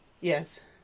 Yes